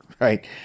right